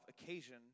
occasion